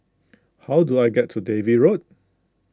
how do I get to Dalvey Road